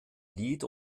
lied